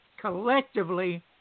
collectively